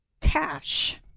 cash